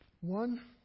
One